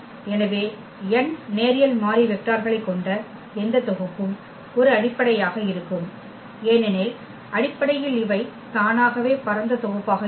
எனவே n நேரியல் மாறி வெக்டார்களைக் கொண்ட எந்த தொகுப்பும் ஒரு அடிப்படையாக இருக்கும் ஏனெனில் அடிப்படையில் இவை தானாகவே பரந்த தொகுப்பாக இருக்கும்